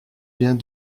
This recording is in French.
vient